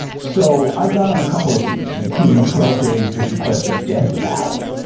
so i've gone on a couple of these, including a twelve day vision quest in death valley,